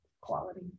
quality